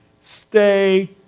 stay